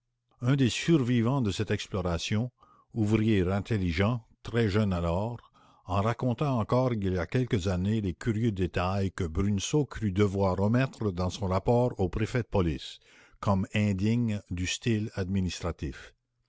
un des survivants de cette exploration ouvrier intelligent très jeune alors en racontait encore il y a quelques années les curieux détails que bruneseau crut devoir omettre dans son rapport au préfet de police comme indignes du style administratif